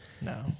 No